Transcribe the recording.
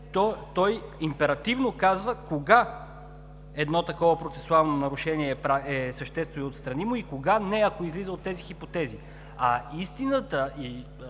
той императивно казва кога едно такова процесуално нарушение е съществено отстранимо и кога не, ако излиза от тези хипотези. Истината и